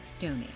donate